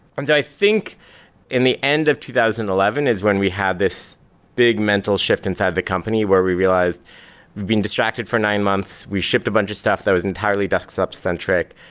and i think in the end of two thousand and eleven is when we have this big, mental shift inside the company, where we realized being distracted for nine months, we shipped a bunch of stuff that was entirely desktop centric,